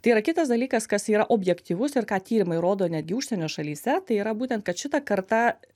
tai yra kitas dalykas kas yra objektyvus ir ką tyrimai rodo netgi užsienio šalyse tai yra būtent kad šita karta